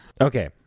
Okay